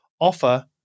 offer